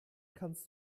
kannst